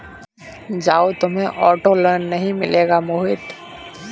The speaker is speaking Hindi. जाओ, तुम्हें ऑटो लोन नहीं मिलेगा मोहित